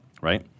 Right